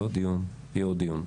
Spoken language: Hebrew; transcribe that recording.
יהיה עוד דיון, יהיה עוד דיון.